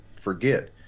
forget